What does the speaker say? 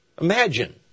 Imagine